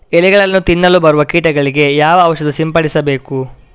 ಎಲೆಗಳನ್ನು ತಿನ್ನಲು ಬರುವ ಕೀಟಗಳಿಗೆ ಯಾವ ಔಷಧ ಸಿಂಪಡಿಸಬೇಕು?